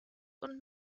und